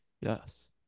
Yes